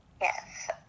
Yes